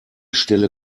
stelle